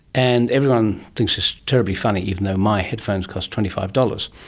and everyone thinks it's terribly funny, even though my headphones cost twenty five dollars.